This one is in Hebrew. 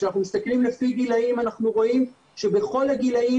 כשאנחנו מסתכלים לפי גילאים אנחנו רואים שבכל הגילאים